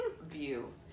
view